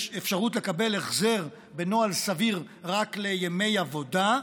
יש אפשרות לקבל החזר בנוהל סביר רק לימי עבודה,